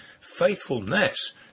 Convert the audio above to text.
Faithfulness